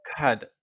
God